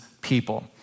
people